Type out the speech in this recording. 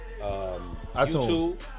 YouTube